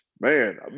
Man